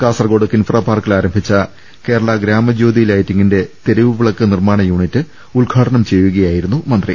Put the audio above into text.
കാസർകോട് കിൻഫ്ര പാർക്കിൽ ആരംഭിച്ച കേരള ഗ്രാമ ജ്യോതി ലൈറ്റിംഗിന്റെ തെരുവുവിളക്ക് നിർമ്മാണ യൂണിറ്റ് ഉദ്ഘാടനം ചെയ്യുകയായിരുന്നു മന്ത്രി